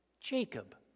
Jacob